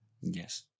Yes